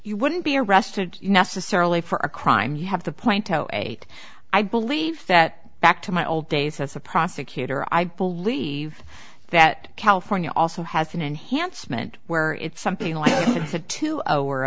you wouldn't be arrested necessarily for a crime you have the point zero eight i believe that back to my old days as a prosecutor i believe that california also has an enhancement where it's something like a two